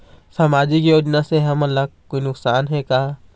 सामाजिक योजना से हमन ला कोई नुकसान हे का?